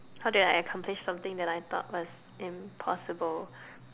how did I accomplish something that I thought was impossible